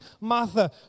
Martha